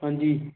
अंजी